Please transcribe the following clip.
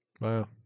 Wow